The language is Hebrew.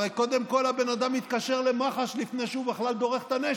הרי קודם כול הבן אדם יתקשר למח"ש לפני שהוא בכלל דורך את הנשק.